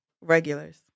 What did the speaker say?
regulars